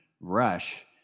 rush